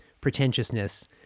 pretentiousness